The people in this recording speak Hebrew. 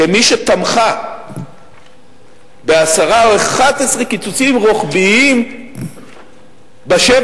כמי שתמכה בעשרה או ב-11 קיצוצים רוחביים בשבע